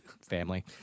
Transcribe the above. Family